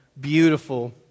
beautiful